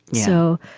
so